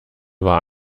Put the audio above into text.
war